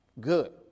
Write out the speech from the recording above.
Good